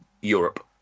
Europe